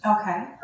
Okay